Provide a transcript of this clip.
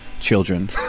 children